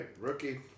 rookie